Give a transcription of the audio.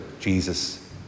Jesus